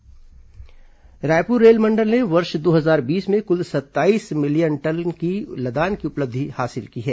railway NMDC Raipur रेलमंडल ने वर्ष दो हजार बीस में कुल सत्ताईस मिलियन टन की लदान की उपलब्धि हासिल की है